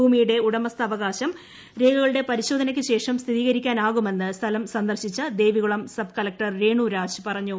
ഭൂമിയുടെ ഉടമസ്ഥ അവകാശം രേഖകളുടെ പരിശോധനയ്ക്കു ശേഷ്ം സ്ഥികരിക്കാനാകുമെന്ന് സ്ഥലം സന്ദർശിച്ച ദേവികുളം സബ് കളക്ടർ രേണുരാജ് പറഞ്ഞു